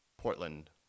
Portland